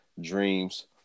Dreams